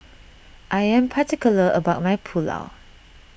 I am particular about my Pulao